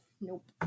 Nope